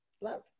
love